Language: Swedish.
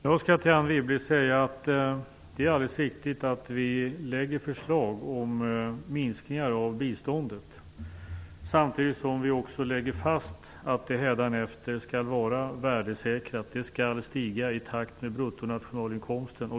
Fru talman! Till Anne Wibble vill jag säga att det är alldeles riktigt att vi lägger fram förslag om minskningar av biståndet, men samtidigt slår vi också fast att biståndet skall vara värdesäkrat. Det skall stiga i takt med bruttonationalinkomsten.